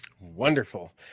Wonderful